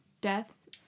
deaths